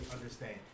understand